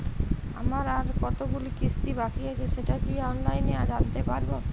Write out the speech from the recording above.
আমার আর কতগুলি কিস্তি বাকী আছে সেটা কি অনলাইনে জানতে পারব?